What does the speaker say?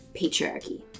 patriarchy